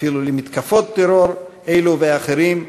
אפילו למתקפות טרור אלו ואחרות,